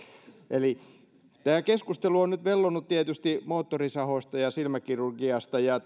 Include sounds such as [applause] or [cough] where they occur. tämä keskustelu on nyt tietysti vellonut moottorisahoissa ja silmäkirurgiassa ja [unintelligible]